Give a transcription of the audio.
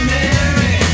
Mary